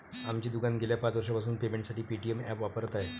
आमचे दुकान गेल्या पाच वर्षांपासून पेमेंटसाठी पेटीएम ॲप वापरत आहे